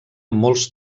molts